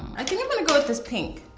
i think i'm gonna go with this pink.